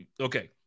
okay